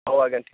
ହଉ ଆଜ୍ଞା ଠିକ୍